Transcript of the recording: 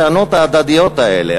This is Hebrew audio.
הטענות ההדדיות האלה,